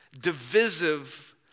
Divisive